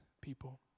people